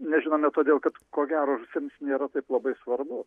nežinome todėl kad ko gero žąsims nėra taip labai svarbu